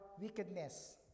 wickedness